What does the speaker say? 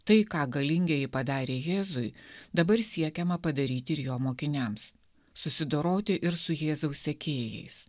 tai ką galingieji padarė jėzui dabar siekiama padaryti ir jo mokiniams susidoroti ir su jėzaus sekėjais